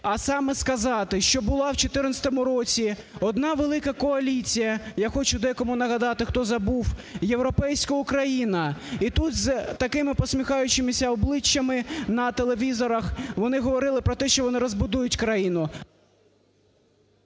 а саме сказати, що була в 2014 році одна велика коаліція, я хочу декому нагадати, хто забув, "Європейська Україна". І тут з такими посміхаючимися обличчями на телевізорах вони говорили про те, що вони розбудують країну.